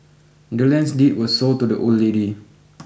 the land's deed was sold to the old lady